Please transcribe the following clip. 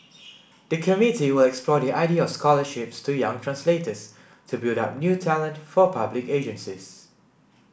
the committee will explore the idea of scholarships to young translators to build up new talent for public agencies